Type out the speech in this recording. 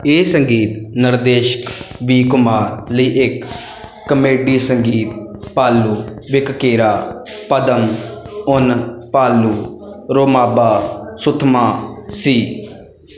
ਇਹ ਸੰਗੀਤ ਨਿਰਦੇਸ਼ਕ ਵੀ ਕੁਮਾਰ ਲਈ ਇੱਕ ਕਾਮੇਡੀ ਸੰਗੀਤ ਪਾਲੂ ਵਿਕਕੀਰਾ ਪਦਮ ਉਨ ਪਾਲੂ ਰੋਮਾਬਾ ਸੁਥਮਾ ਸੀ